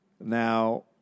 Now